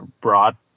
broad